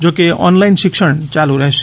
જો કે ઓનલાઇન શિક્ષણ યાલુ રહેશે